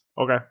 Okay